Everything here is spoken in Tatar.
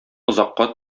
озакка